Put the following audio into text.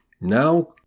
Now